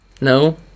No